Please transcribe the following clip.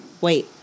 Wait